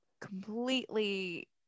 completely